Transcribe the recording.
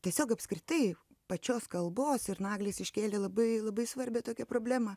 tiesiog apskritai pačios kalbos ir naglis iškėlė labai labai svarbią tokią problemą